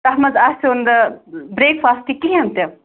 تَتھ مَنٛز آسِو نہٕ برٛیک فاسٹ کِہیٖنٛۍ تہِ